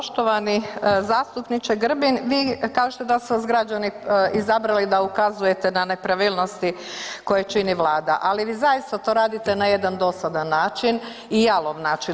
Poštovani zastupniče Grbin, vi kažete da su vas građani izabrali da ukazujete na nepravilnosti koje čini Vlada, ali vi zaista to radite na jedan dosadan način i jalov način.